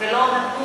ולא נתנו הודעה.